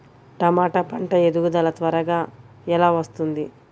టమాట పంట ఎదుగుదల త్వరగా ఎలా వస్తుంది?